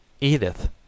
edith